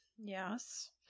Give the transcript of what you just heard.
Yes